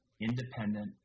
independent